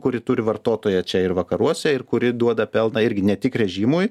kuri turi vartotoją čia ir vakaruose ir kuri duoda pelną irgi ne tik režimui